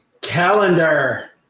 Calendar